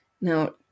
Now